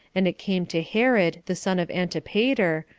and it came to herod, the son of antipater,